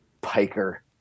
Piker